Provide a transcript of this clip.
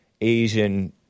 Asian